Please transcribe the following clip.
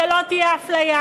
שלא תהיה הפליה.